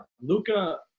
Luca